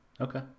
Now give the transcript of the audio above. Okay